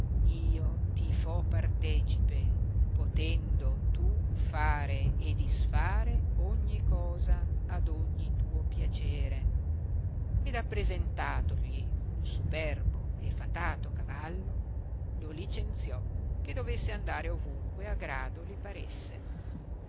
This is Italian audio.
io ti fo partecipe potendo tu fare e disfare ogni cosa ad ogni tuo piacere ed appresentatogli un superbo e fatato cavallo lo licenziò che dovesse andare ovunque a grado li paresse